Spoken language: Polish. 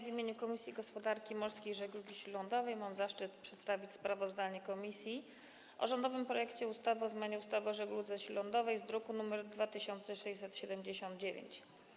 W imieniu Komisji Gospodarki Morskiej i Żeglugi Śródlądowej mam zaszczyt przedstawić sprawozdanie komisji o rządowym projekcie ustawy o zmianie ustawy o żegludze śródlądowej z druku nr 2679.